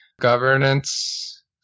governance